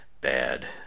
Bad